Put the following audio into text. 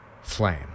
flame